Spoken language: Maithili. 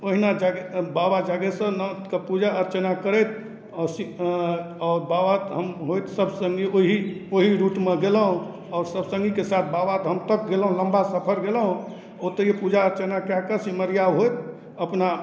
ओहिना जा बाबा जागेश्वर नाथके पूजा अर्चना करैत आओर सी बाबा धाम होयत सब सङ्गी ओही रूटमे गेलहुँ आओर सब सङ्गीके साथ बाबा धाम तक गेलहुँ लम्बा सफर कयलहुँ ओतहि पूजा अर्चना कए कऽ सिमरिया होयत अपना